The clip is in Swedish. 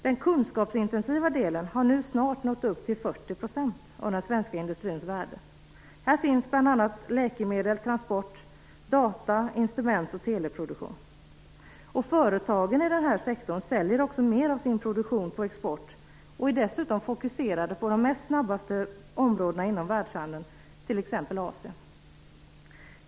Den kunskapsintensiva delen har nu snart nått upp till 40 % av den svenska industrins värde. Här finns bl.a. läkemedel, transport, data, instrument och teleproduktion. Förtagen i denna sektor säljer också mer av sin produktion på export, och är dessutom fokuserade på de snabbaste områden inom världshandeln, t.ex. Asien.